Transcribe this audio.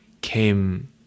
came